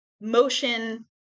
motion